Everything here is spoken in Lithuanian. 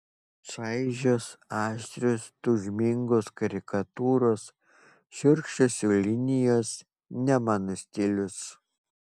čaižios aštrios tūžmingos karikatūros šiurkščios jų linijos ne mano stilius